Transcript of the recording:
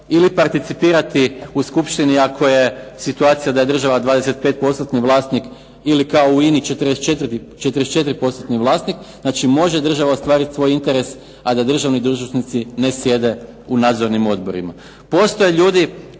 Ili participirati u skupštini ako je situacija da je država 25%-ni vlasnik ili kao u "INI" 44%-ni vlasnik, znači može država ostvariti svoj interes, a da državni dužnosnici ne sjede u nadzornim odborima. Postoje ljudi